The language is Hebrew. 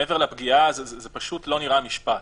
מעבר לפגיעה, זה פשוט לא נראה משפט.